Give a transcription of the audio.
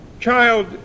Child